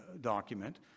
document